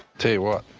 tell ya what,